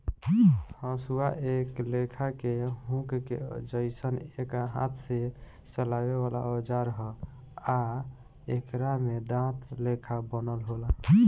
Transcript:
हसुआ एक लेखा के हुक के जइसन एक हाथ से चलावे वाला औजार ह आ एकरा में दांत लेखा बनल होला